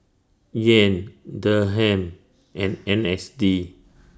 Yen Dirham and N S D